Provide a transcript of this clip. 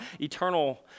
eternal